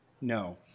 no